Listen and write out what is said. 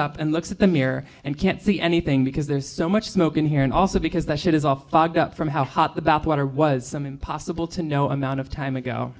up and looks at the mirror and can't see anything because there's so much smoke in here and also because that shit is all fogged up from how hot the bath water was some impossible to no amount of time ago